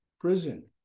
prison